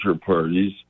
parties